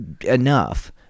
enough